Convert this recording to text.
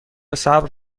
صبر